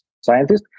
scientists